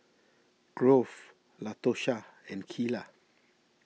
Grove Latosha and Keila